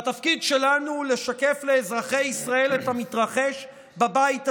והתפקיד שלנו הוא לשקף לאזרחי ישראל את המתרחש בבית הזה.